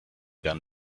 gun